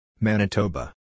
Manitoba